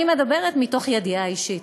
אני מדברת מידיעה אישית.